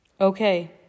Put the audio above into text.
Okay